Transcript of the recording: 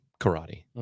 karate